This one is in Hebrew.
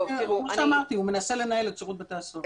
כמו אמרתי, הוא מנסה לנהל את שירות בתי הסוהר.